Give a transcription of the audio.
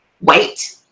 wait